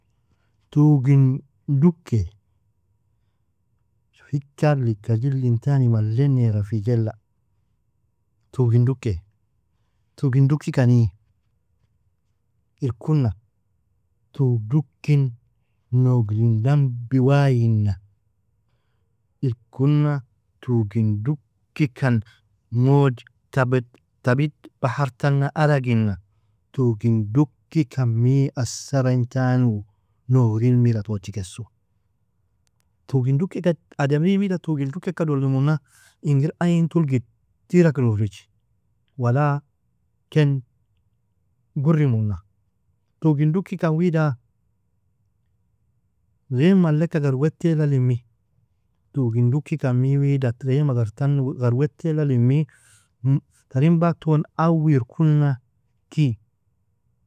tugin duke fikarl ika jilin tani male nerafijela tugin duke tugin duki kani irkuna tug dukin nogrin dambi waiina irkuna tugin duki kan moj tabid bahar tana aragina tugin duki kan mi asara intan uu nogril mira tochikesu tugin duki kat ademri wida tugin duki ka dolimona ingir aintul getirakir ureji wala ken guri mona tukin dukikan wida غيم malek agar wetela limi tugin dukikan miwida غيم agartan agar wetela limi tarn baton awi irukuna ki.